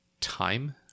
time